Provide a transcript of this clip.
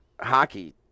hockey